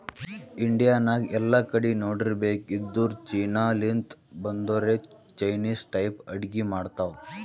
India ನಾಗ್ ಎಲ್ಲಾ ಕಡಿ ನೋಡಿರ್ಬೇಕ್ ಇದ್ದೂರ್ ಚೀನಾ ಲಿಂತ್ ಬಂದೊರೆ ಚೈನಿಸ್ ಟೈಪ್ ಅಡ್ಗಿ ಮಾಡ್ತಾವ್